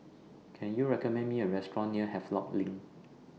Can YOU recommend Me A Restaurant near Havelock LINK